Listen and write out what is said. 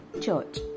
Church